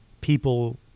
people